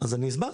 אז אני הסברתי,